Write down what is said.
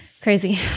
Crazy